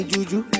Juju